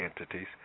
entities